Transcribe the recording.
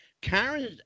Karen